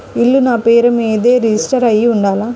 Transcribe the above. ఇల్లు నాపేరు మీదే రిజిస్టర్ అయ్యి ఉండాల?